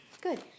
Good